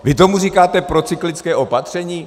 Vy tomu říkáte procyklické opatření?